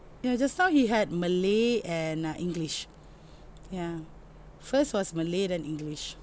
yeah just now he had malay and uh english yeah first was malay then english